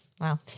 Wow